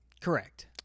Correct